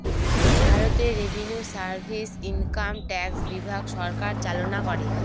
ভারতে revenue service income tax বিভাগ সরকার চালনা করে